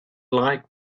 like